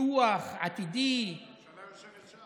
פיתוח עתידי וכדומה.